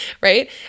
right